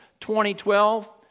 2012